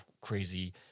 crazy